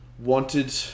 Wanted